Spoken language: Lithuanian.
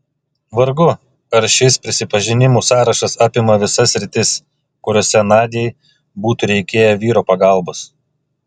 vargu ar šis prisipažinimų sąrašas apima visas sritis kuriose nadiai būtų reikėję vyro pagalbos